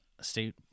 state